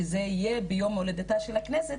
שזה יהיה ביום הולדתה של הכנסת,